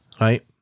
right